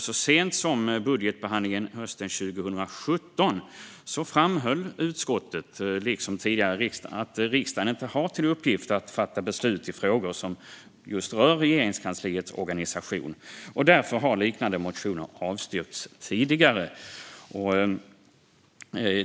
Så sent som vid budgetbehandlingen hösten 2017 framhöll utskottet, liksom tidigare, att riksdagen inte har till uppgift att fatta beslut i frågor som rör Regeringskansliets organisation, och därför har liknande motioner avstyrkts tidigare.